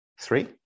Three